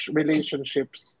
relationships